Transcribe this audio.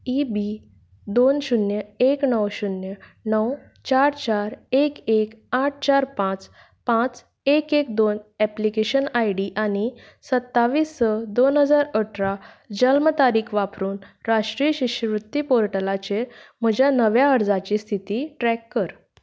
इ B दोन शुन्य एक णव शुन्य णव चार चार एक एक आठ चार पांच पांच एक एक दोन ऍप्लिकेशन आय डी आनी सत्तावीस स दोन हजार अठरा जल्म तारीख वापरून राष्ट्रीय शिश्यवृत्ती पोर्टलाचेर म्हज्या नव्या अर्जाची स्थिती ट्रॅक कर